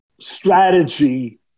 strategy